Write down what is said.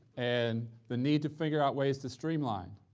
and the need to figure out ways to streamline,